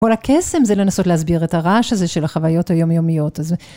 כל הקסם זה לנסות להסביר את הרעש הזה של החוויות היומיומיות הזה.